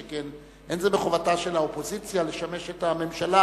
שכן אין זה מחובתה של האופוזיציה לשמש את הממשלה